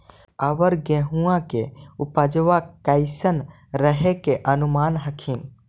अबर गेहुमा के उपजबा कैसन रहे के अनुमान हखिन?